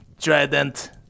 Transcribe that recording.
trident